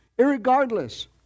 Irregardless